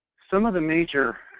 some of the major